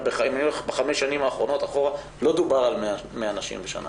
בחמש השנים אחורה לא דובר על 100 נשים בשנה,